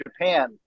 japan